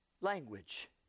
language